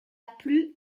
plus